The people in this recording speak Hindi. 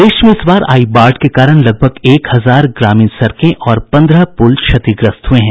प्रदेश में इस बार आई बाढ़ के कारण लगभग एक हजार ग्रामीण सड़कें और पंद्रह पुल क्षतिग्रस्त हुये हैं